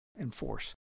enforce